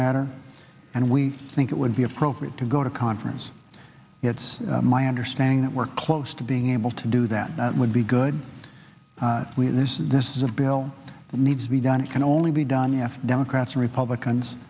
matter and we think it would be appropriate to go to conference it's my understanding that we're close to being able to do that that would be good we listen this is a bill that needs to be done it can only be done yes democrats republicans